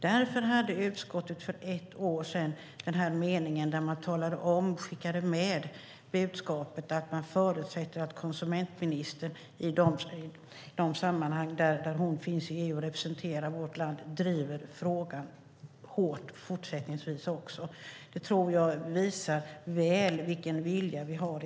Därför hade utskottet för ett år sedan meningen där man skickade med budskapet att man förutsatte att konsumentministern i de sammanhang i EU där hon finns med och representerar vårt land driver frågan hårt också fortsättningsvis. Det tror jag mycket väl visar vilken vilja vi har.